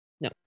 no